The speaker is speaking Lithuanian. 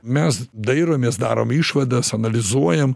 mes dairomės darom išvadas analizuojam